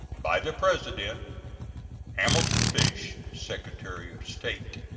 by the president hamilton fish, secretary of state.